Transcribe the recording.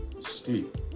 Sleep